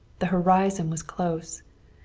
the horizon was close.